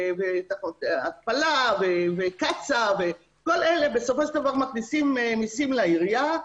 התפלה וכולי וכל אלה בסופו של דבר מכניסים מיסים לעירייה.